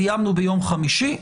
סיימנו ביום חמישי,